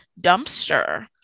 dumpster